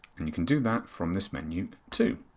and you can do that from this menu, too.